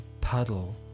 puddle